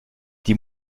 die